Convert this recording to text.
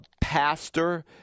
pastor